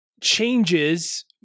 Changes